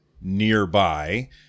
nearby